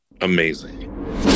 amazing